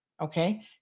Okay